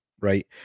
right